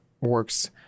works